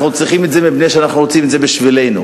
אנחנו צריכים את זה מפני שאנחנו רוצים את זה בשבילנו.